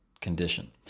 condition